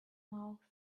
mouth